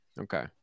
okay